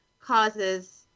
causes